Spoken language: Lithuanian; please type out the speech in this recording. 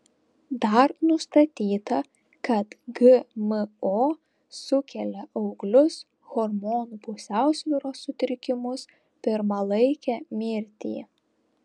dar nustatyta kad gmo sukelia auglius hormonų pusiausvyros sutrikimus pirmalaikę mirtį